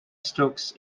strokes